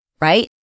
right